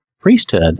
priesthood